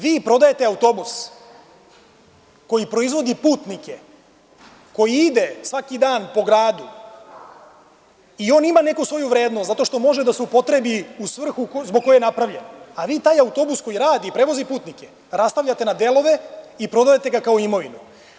Vi prodajete autobus koji prevozi putnike, koji ide svaki dan po gradu i on ima neku svoju vrednost zato što može da se upotrebi u svrhu zbog koje je napravljen, a vi taj autobus koji radi i prevozi putnike, rastavljate na delove i prodajete ga kao imovinu.